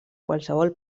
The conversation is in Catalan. qualsevol